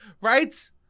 right